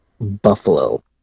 Buffalo